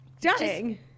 dying